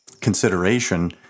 consideration